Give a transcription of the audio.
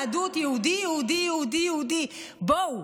יהדות, יהודי, יהודי, יהודי, יהודי בואו,